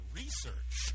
research